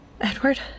Edward